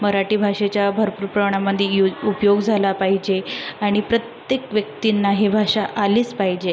मराठी भाषेचा भरपूर प्रमाणामध्ये यूज उपयोग झाला पाहिजे आणि प्रत्येक व्यक्तींना ही भाषा आलीच पाहिजे